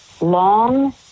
long